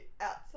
outside